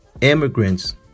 immigrants